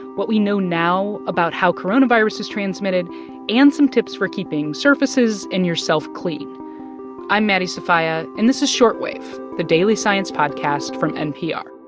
what we know now about how coronavirus is transmitted and some tips for keeping surfaces and yourself clean i'm maddie sofia, and this is short wave, the daily science podcast from npr